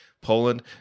Poland